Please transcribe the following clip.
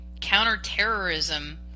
counterterrorism